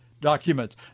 documents